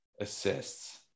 assists